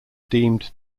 deemed